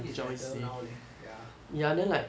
I think it's better now leh ya